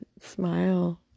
smile